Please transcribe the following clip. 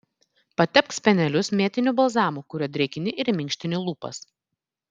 patepk spenelius mėtiniu balzamu kuriuo drėkini ir minkštini lūpas